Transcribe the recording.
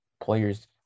players